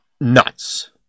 nuts